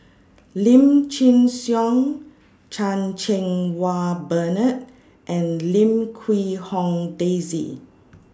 Lim Chin Siong Chan Cheng Wah Bernard and Lim Quee Hong Daisy